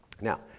Now